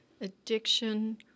addiction